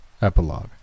Epilogue